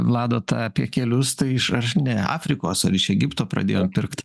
vlado ta apie kelius tai iš aš ne afrikos ar iš egipto pradėjo pirkt